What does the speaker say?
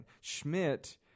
Schmidt